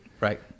right